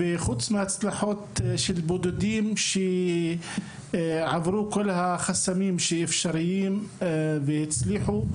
וחוץ מההצלחות של בודדים שעברו את כל החסמים האפשריים והצליחו,